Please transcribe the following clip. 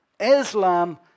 Islam